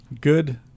Good